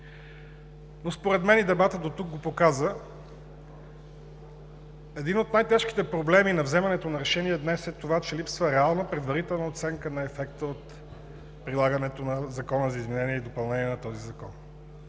Според мен, и дебатът дотук го показа, един от най-тежките проблеми при вземането на решение днес е това, че липсва реална предварителна оценка на ефекта от прилагането на Законопроекта за изменение и допълнение на този закон.